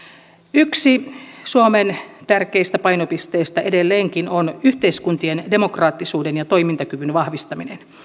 yksi suomen tärkeistä painopisteistä on edelleenkin yhteiskuntien demokraattisuuden ja toimintakyvyn vahvistaminen